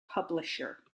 publisher